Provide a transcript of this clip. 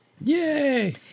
Yay